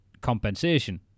compensation